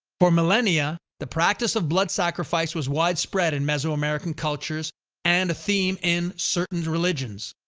for millennia, the practice of blood sacrifice was widespread in mesoamerican cultures and a theme in certain religions.